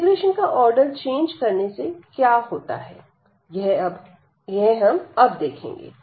integration का order change करने से क्या होता है यह हम अब देखेंगे